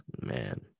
man